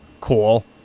Cool